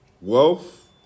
wealth